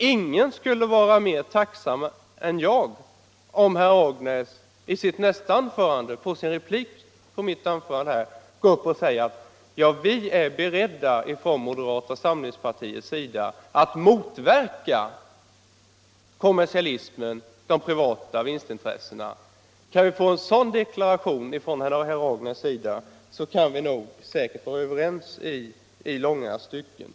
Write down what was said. Ingen skulle vara mer tacksam än jag om herr Nilsson i Agnäs i sitt nästa anförande sade att moderata samlingspartiet är berett att motverka kommersialismen, de privata vinstintressena. Kan man få en sådan deklaration från herr Nilsson i Agnäs kan vi säkert vara överens i långa stycken.